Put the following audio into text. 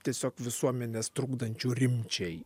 tiesiog visuomenės trukdančių rimčiai